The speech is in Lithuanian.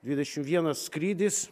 dvidešim vienas skrydis